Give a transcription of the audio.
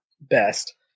best